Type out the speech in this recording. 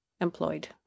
employed